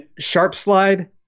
Sharpslide